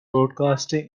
broadcasting